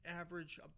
average